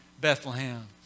Bethlehem